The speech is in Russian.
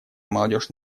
молодежь